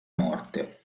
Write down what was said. morte